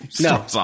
no